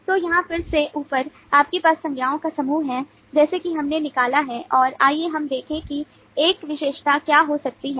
तो यहाँ फिर से ऊपर आपके पास संज्ञाओं का समूह है जैसा कि हमने निकाला है और आइए हम देखें कि एक विशेषता क्या हो सकती है